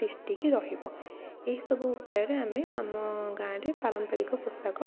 ତିଷ୍ଠିକି ରହିବ ଏହି ସବୁ ଉପାୟରେ ଆମେ ଆମ ଗାଁରେ ପାରମ୍ପରିକ ପୋଷାକ